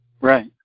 Right